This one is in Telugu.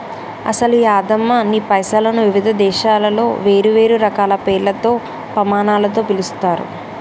అసలు యాదమ్మ నీ పైసలను వివిధ దేశాలలో వేరువేరు రకాల పేర్లతో పమానాలతో పిలుస్తారు